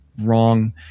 wrong